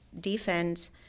defense